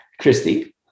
Christy